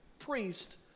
Priest